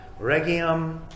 Regium